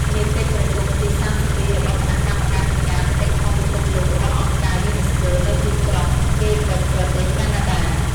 នាកិច្ចប្រជុំទី ៣២ របស់ គណៈកម្មាធិការ បេតិកភណ្ឌពិភពលោករបស់អង្គការ យូណេស្កូ នៅទីក្រុង កេបិចប្រទេសកាណាដា ។